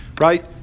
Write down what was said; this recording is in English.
right